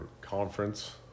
conference